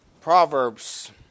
Proverbs